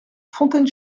fontaine